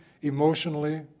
emotionally